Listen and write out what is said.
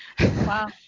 Wow